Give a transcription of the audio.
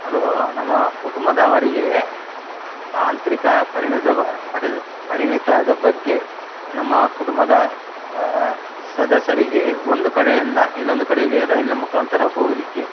hello ನಮ್ಮ ಕುಟುಂಬದವರಿಗೆ ತಾಂತ್ರಿಕ ಪರಿಣತಿ ಪರಿಣಿತದ ಬಗ್ಗೆ ನಮ್ಮ ಕುಟುಂಬದ ಸದಸ್ಯರಿಗೆ ಒಂದು ಕಡೆಯಿಂದ ಇನ್ನೊಂದು ಕಡೆಗೆ ರೈಲ್ನ ಮುಖಾಂತರ ಹೋಗಲಿಕ್ಕೆ